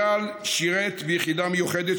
אייל שירת ביחידה מיוחדת,